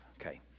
Okay